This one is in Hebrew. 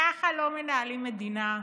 ככה לא מנהלים מדינה.